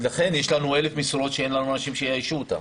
לכן יש לנו 1,000 משרות בלי אנשים שיאיישו אותן.